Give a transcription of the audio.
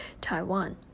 Taiwan